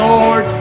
Lord